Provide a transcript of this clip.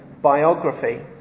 biography